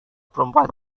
perempuan